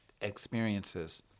experiences